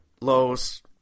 lows